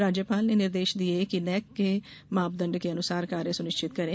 राज्यपाल ने निर्देश दिये कि नैक के मापदण्ड के अनुसार कार्य सुनिश्चित करें